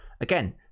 again